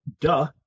Duh